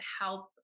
help